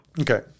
Okay